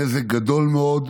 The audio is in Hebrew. נזק גדול מאוד.